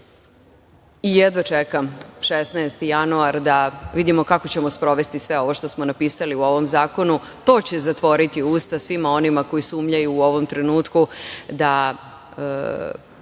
i jedva čekam 16. januar, da vidimo kako ćemo sprovesti sve ovo što smo napisali u ovom zakonu. To će zatvoriti usta svima onima koji sumnjaju u ovom trenutku da